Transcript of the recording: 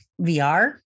VR